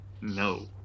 No